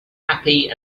happy